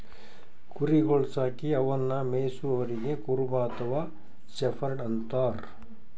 ಕುರಿಗೊಳ್ ಸಾಕಿ ಅವನ್ನಾ ಮೆಯ್ಸವರಿಗ್ ಕುರುಬ ಅಥವಾ ಶೆಫರ್ಡ್ ಅಂತಾರ್